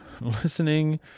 listening